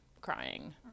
crying